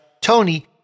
Tony